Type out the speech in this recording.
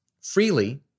freely